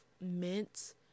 Mint